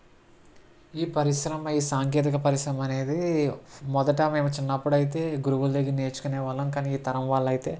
ఈ పరిశ్రమ ఈ సాంకేతిక పరిశ్రమ అనేది మొదట మేము చిన్నప్పుడైతే గురువుల దగ్గర నేర్చుకునేవాళ్ళం కానీ ఈ తరం వాళ్ళైతే